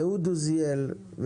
אהוד עוזיאל,